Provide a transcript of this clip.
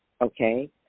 okay